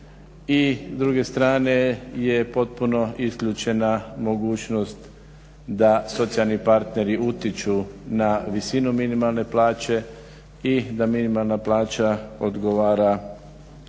I s druge strane je potpuno isključena mogućnost da socijalni partneri utječu na visinu minimalne plaće i da minimalna plaća odgovara